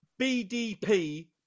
BDP